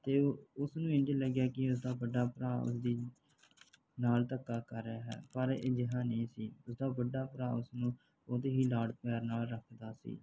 ਅਤੇ ਉਸਨੂੰ ਇੰਝ ਲੱਗਿਆ ਕਿ ਉਸਦਾ ਵੱਡਾ ਭਰਾ ਉਸਦੀ ਨਾਲ ਧੱਕਾ ਕਰ ਹੈ ਪਰ ਅਜਿਹਾ ਨਹੀਂ ਸੀ ਉਸਦਾ ਵੱਡਾ ਭਰਾ ਉਸਨੂੰ ਬਹੁਤ ਹੀ ਲਾਡ ਪਿਆਰ ਨਾਲ ਰੱਖਦਾ ਸੀ